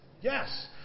Yes